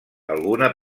alguna